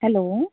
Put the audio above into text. hello